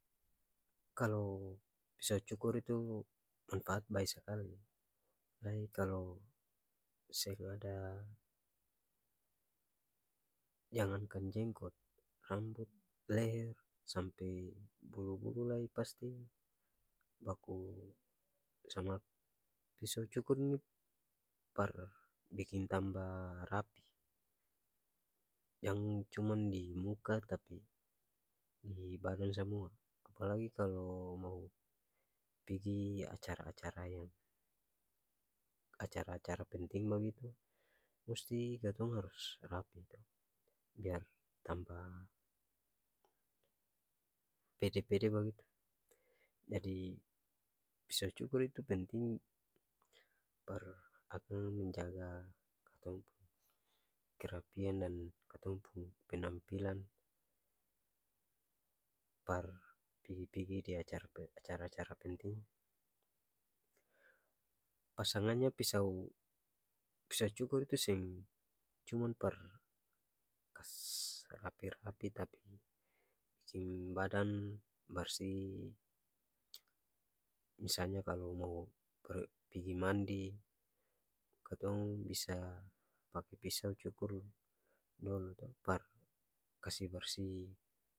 Kalo piso cukur itu manfaat bae sakali lai kalo seng ada jangankan jenggot, rambut, leher, sampe bulu-bulu lai pasti baku piso cukur ini par biking tamba rapi yang cuman di muka tapi di bagian samua apalagi kalo mau pigi acara-acara yang acara-acara penting bagitu musti katong harus rapi to biar tamba pede-pede bagitu jadi piso cukur itu penting par akang menjaga katong pung kerapian dan katong pung penampilan par pigi-pigi di acara pe acara-acara penting pasangannya piso cukur tu seng cuman par kas rapi-rapi tapi king badang barsi misalnya kalo mau per pigi mandi katong bisa pake piso cukur dolo to par kasi barsi.